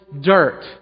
dirt